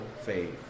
faith